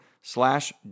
slash